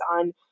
on